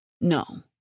No